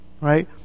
right